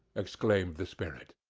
exclaimed the spirit.